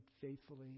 faithfully